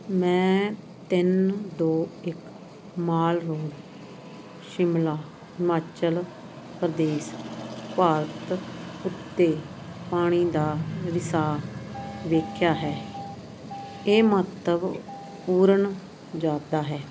ਮੈਂ ਤਿੰਨ ਦੋ ਇੱਕ ਮਾਲ ਰੋਡ ਸ਼ਿਮਲਾ ਹਿਮਾਚਲ ਪ੍ਰਦੇਸ਼ ਭਾਰਤ ਉੱਤੇ ਪਾਣੀ ਦਾ ਰਿਸਾਅ ਵੇਖਿਆ ਹੈ ਇਹ ਮਹੱਤਵਪੂਰਨ ਜਾਪਦਾ ਹੈ